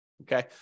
Okay